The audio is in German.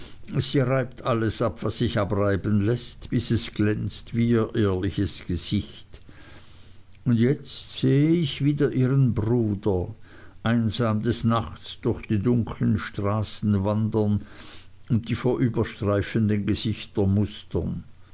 sie reibt alles ab was sich abreiben läßt bis es glänzt wie ihr ehrliches gesicht und jetzt sehe ich wieder ihren bruder einsam des nachts durch die dunkeln straßen wandern und die vorüberstreifenden gesichter mustern